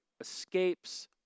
escapes